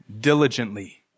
diligently